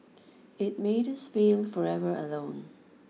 it made us feel forever alone